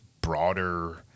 broader